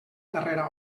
darrera